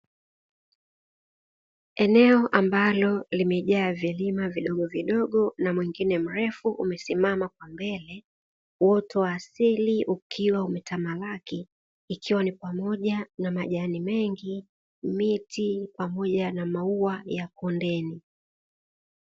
Eneo ambalo limejaa vilima vidogovidogo na mwingine mrefu umesimama kwa mbele, uoto wa asili ukiwa umetamalaki, ikiwa ni pamoja na majani mengi, miti pamoja na maua ya kondeni.